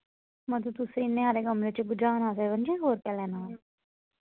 मतलब तुस इन्ने हारे कमरे च भुजाना ते पंजी सौ रपेआ लैना